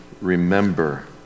remember